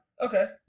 Okay